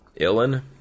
Illin